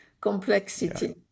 complexity